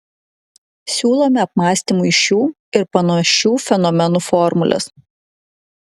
siūlome apmąstymui šių ir panašių fenomenų formules